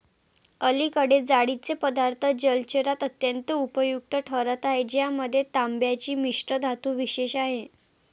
अलीकडे जाळीचे पदार्थ जलचरात अत्यंत उपयुक्त ठरत आहेत ज्यामध्ये तांब्याची मिश्रधातू विशेष आहे